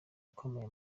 ukomeye